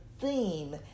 theme